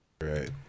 right